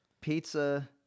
pizza